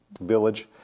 village